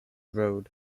road